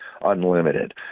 unlimited